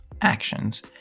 actions